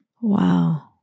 wow